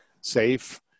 safe